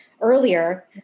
earlier